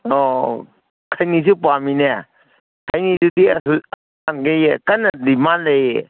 ꯑꯣ ꯈꯩꯅꯤꯁꯨ ꯄꯥꯝꯃꯤꯅꯦ ꯈꯩꯅꯤꯗꯨꯗꯤ ꯑꯁ ꯍꯧꯖꯤꯛꯀꯥꯟꯗꯤ ꯀꯟꯅ ꯗꯤꯃꯥꯟ ꯂꯩꯌꯦ